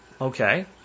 Okay